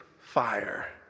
fire